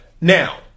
Now